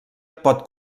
pot